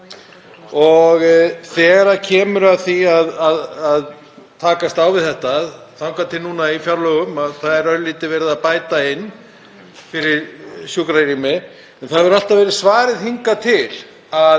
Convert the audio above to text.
Þegar kemur að því að takast á við þetta, þangað til núna í fjárlögum að það er örlítið verið að bæta inn fyrir sjúkrarými, þá hefur svarið hingað til